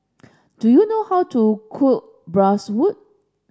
do you know how to cook Bratwurst